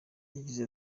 yagize